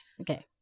Okay